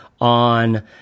on